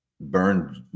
burned